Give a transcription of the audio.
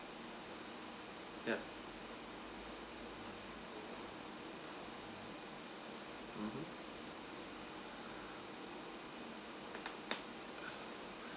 ya mmhmm